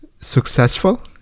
successful